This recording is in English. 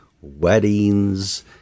weddings